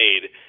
made